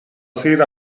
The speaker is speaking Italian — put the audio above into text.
sera